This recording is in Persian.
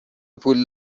پول